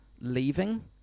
leaving